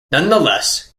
nonetheless